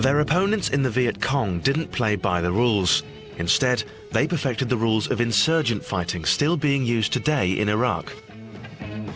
their opponents in the vietcong didn't play by the rules instead they perfected the rules of insurgent fighting still being used today in iraq